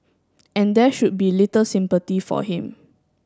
and there should be little sympathy for him